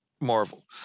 Marvel